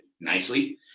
nicely